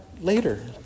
later